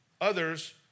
Others